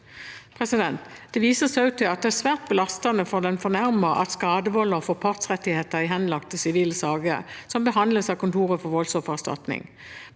situasjon. Det vises også til at det er svært belastende for den fornærmede at skadevolder får partsrettigheter i henlagte sivile saker som behandles av Kontoret for voldsoffererstatning.